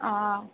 অঁ